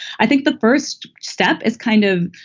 i think the first step is kind of